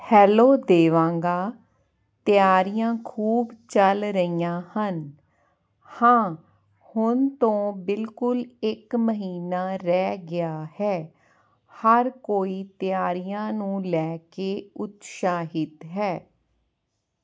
hello ਦੇਵਾਂਗਾ ਤਿਆਰੀਆਂ ਖੂਬ ਚੱਲ ਰਹੀਆਂ ਹਨ ਹਾਂ ਹੁਣ ਤੋਂ ਬਿਲਕੁਲ ਇੱਕ ਮਹੀਨਾ ਰਹਿ ਗਿਆ ਹੈ ਹਰ ਕੋਈ ਤਿਆਰੀਆਂ ਨੂੰ ਲੈ ਕੇ ਉਤਸ਼ਾਹਿਤ ਹੈ